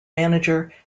manager